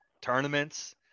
tournaments